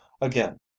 again